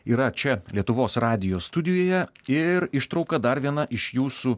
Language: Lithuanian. yra čia lietuvos radijo studijoje ir ištrauka dar viena iš jūsų